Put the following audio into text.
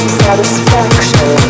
satisfaction